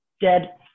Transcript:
Dead